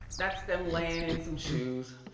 that's them layin' in some shoes.